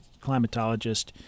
climatologist